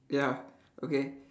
ya okay